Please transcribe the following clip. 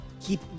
Keep